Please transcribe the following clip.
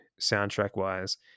soundtrack-wise